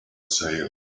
sale